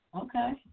Okay